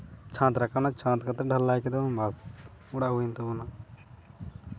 ᱪᱷᱟᱸᱫ ᱨᱟᱠᱟᱵ ᱮᱱᱟ ᱪᱷᱟᱸᱫ ᱠᱟᱛᱮᱫ ᱫᱚ ᱰᱷᱟᱞᱟᱭ ᱠᱮᱫᱟᱵᱚᱱ ᱵᱟᱥ ᱚᱲᱟᱜ ᱦᱩᱭᱮᱱ ᱛᱟᱵᱳᱱᱟ